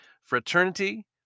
fraternity